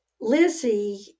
Lizzie